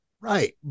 Right